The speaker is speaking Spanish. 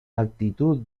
actitud